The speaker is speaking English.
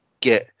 get